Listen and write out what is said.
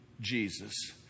Jesus